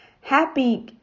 Happy